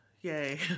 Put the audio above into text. yay